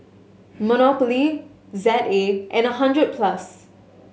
Monopoly Z A and Hundred Plus